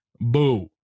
Boo